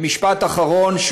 ומשפט אחרון,